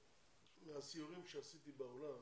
מהסיורים שעשיתי בעולם